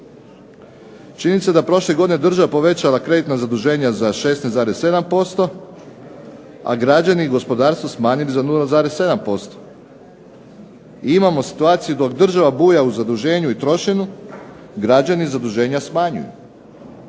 Činjenica je da prošle godine država povećala kreditna zaduženja za 16,7%, a građani i gospodarstvo smanjili za 0,7%. I imamo situaciju dok država buja u zaduženju i trošenju građani zaduženja smanjuju